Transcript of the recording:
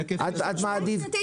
תקנה שנתית,